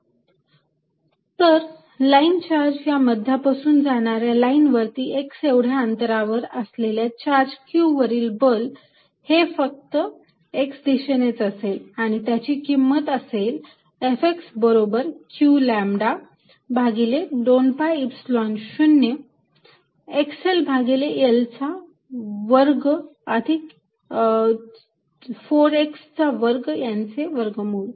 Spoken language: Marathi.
Fy qλ4π0 L2L2ydyx2y2320 तर लाईन चार्ज च्या मध्यापासून जाणाऱ्या लाईन वरती x एवढ्या अंतरावर असलेल्या चार्ज q वरील बल हे फक्त x च्या दिशेनेच असेल आणि त्याची किंमत असेल Fx बरोबर q लॅम्बडा भागिले 2 pi Epsilon 0 xL भागिले L चा वर्ग अधिक 4x चा वर्ग यांचे वर्गमूळ